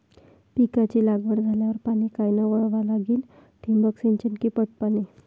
पिकाची लागवड झाल्यावर पाणी कायनं वळवा लागीन? ठिबक सिंचन की पट पाणी?